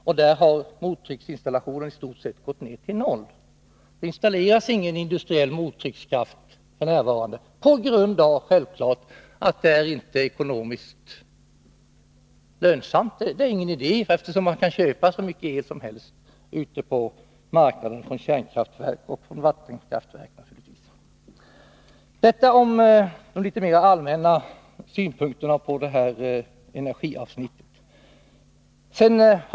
Men det installeras f.n. ingen industriell mottryckskraft — självfallet på grund av att det inte är ekonomiskt lönsamt, eftersom man kan köpa hur mycket el som helst på marknaden från kärnkraftverk och vattenkraftverk. Det var litet mer allmänna synpunkter på energiavsnittet.